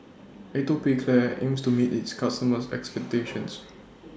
Atopiclair aims to meet its customers' expectations